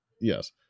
Yes